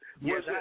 Yes